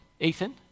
Ethan